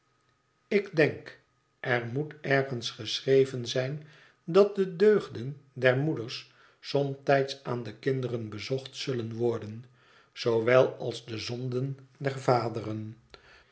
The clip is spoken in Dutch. ik denk er moet ergens geschreven zijn dat de deugden der moeders somtijds aan de kinderen bezocht zullen worden zoowel als de zonden der vaderen